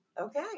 Okay